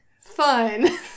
fun